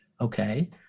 Okay